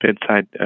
bedside